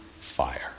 fire